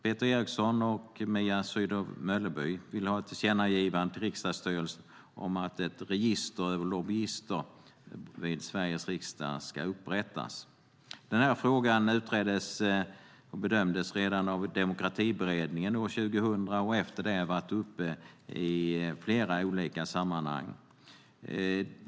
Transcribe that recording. Peter Eriksson och Mia Sydow Mölleby vill ha ett tillkännagivande till riksdagsstyrelsen om att ett register över lobbyister i Sveriges riksdag ska upprättas. Frågan utreddes och bedömdes redan av Demokratiberedningen år 2000 och har efter det varit uppe i flera olika sammanhang.